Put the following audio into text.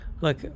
look